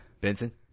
benson